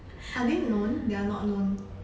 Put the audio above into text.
are they known they are not known